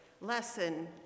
lesson